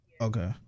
Okay